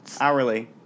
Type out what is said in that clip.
Hourly